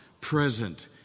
present